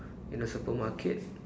in the supermarket